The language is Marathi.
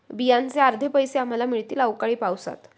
बियांचे अर्धे पैसे आम्हाला मिळतील अवकाळी पावसात